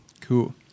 Cool